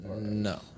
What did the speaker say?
No